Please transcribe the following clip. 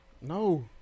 No